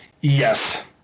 Yes